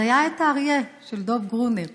אז היה האריה של דב גרונר,